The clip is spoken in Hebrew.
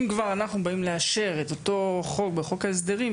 אם אנחנו באים לאשר את אותו חוק בחוק ההסדרים,